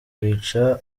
bica